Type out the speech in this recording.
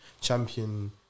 champion